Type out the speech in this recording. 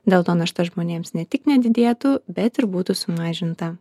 dėl to našta žmonėms ne tik nedidėtų bet ir būtų sumažinta